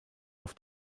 auf